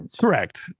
correct